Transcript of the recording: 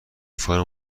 فرم